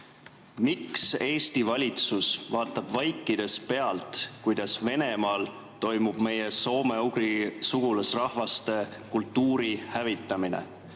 Miks Eesti valitsus vaatab vaikides pealt, kuidas Venemaal toimub meie soome-ugri sugulasrahvaste kultuuri hävitamine?